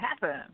happen